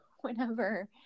whenever